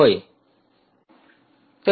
विद्यार्थी होय